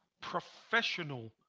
professional